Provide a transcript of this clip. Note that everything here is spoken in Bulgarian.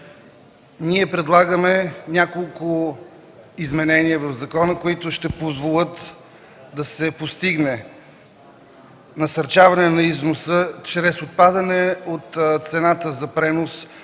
Ние предлагаме няколко изменения в закона, които ще позволят да се постигне насърчаване на износа чрез отпадане от цената за пренос